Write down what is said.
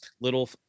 little